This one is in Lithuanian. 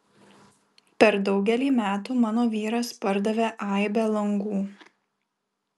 per daugelį metų mano vyras pardavė aibę langų